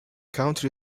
county